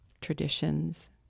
traditions